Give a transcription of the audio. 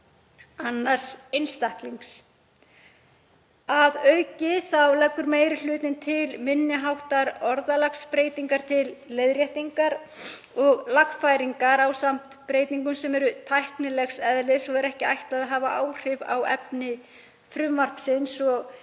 „annars einstaklings“. Að auki leggur meiri hlutinn til minni háttar orðalagsbreytingar til leiðréttingar og lagfæringar ásamt breytingum sem eru tæknilegs eðlis og er ekki ætlað að hafa áhrif á efni frumvarpsins. Ég